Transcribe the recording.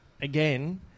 again